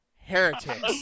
heretics